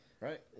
right